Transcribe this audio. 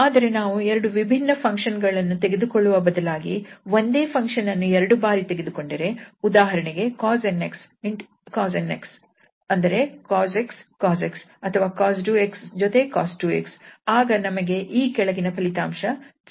ಆದರೆ ನಾವು ಎರಡು ವಿಭಿನ್ನ ಫಂಕ್ಷನ್ ಗಳನ್ನು ತೆಗೆದುಕೊಳ್ಳುವ ಬದಲಾಗಿ ಒಂದೇ ಫಂಕ್ಷನ್ ಅನ್ನು ಎರಡು ಬಾರಿ ತೆಗೆದುಕೊಂಡರೆ ಉದಾಹರಣೆಗೆ cos 𝑛𝑥 cos 𝑛𝑥 ಅಂದರೆ cos 𝑥 cos 𝑥 ಅಥವಾ cos 2𝑥 ನ ಜೊತೆ cos 2𝑥 ಆಗ ನಮಗೆ ಈ ಕೆಳಗಿನ ಫಲಿತಾಂಶ ಸಿಗುತ್ತದೆ